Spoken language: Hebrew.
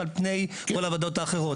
מכל הוועדות האחרות.